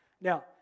Now